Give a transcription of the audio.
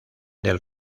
del